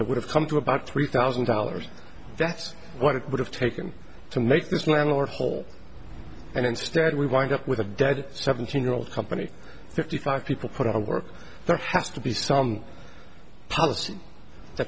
would have come to about three thousand dollars that's what it would have taken to make this man more whole and instead we wind up with a dead seventeen year old company thirty five people put out of work there has to be some policy t